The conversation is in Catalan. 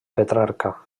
petrarca